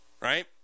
right